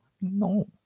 No